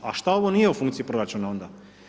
A šta ovo nije u funkciji proračuna onda?